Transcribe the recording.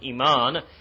iman